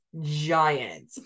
giant